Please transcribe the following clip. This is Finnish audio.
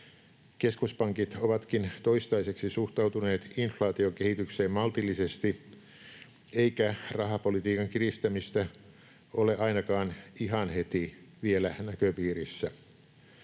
Keskuspankit ovatkin toistaiseksi suhtautuneet inflaatiokehitykseen maltillisesti, eikä rahapolitiikan kiristämistä ole ainakaan ihan heti vielä näköpiirissä.